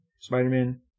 Spider-Man